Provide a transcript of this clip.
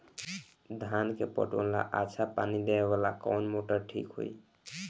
धान के पटवन ला अच्छा पानी देवे वाला कवन मोटर ठीक होई?